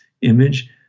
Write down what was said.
image